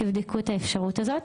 תבדקו את האפשרות הזאת.